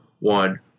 One